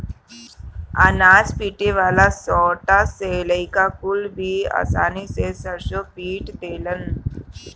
अनाज पीटे वाला सांटा से लईका कुल भी आसानी से सरसों पीट देलन